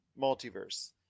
Multiverse